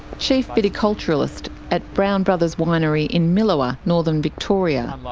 chief viticulturist at brown brothers winery in milawa, northern victoria.